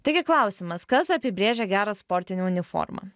taigi klausimas kas apibrėžia gerą sportinę uniformą